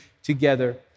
together